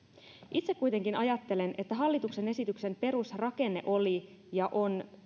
itse kuitenkin ajattelen että hallituksen esityksen perusrakenne oli ja on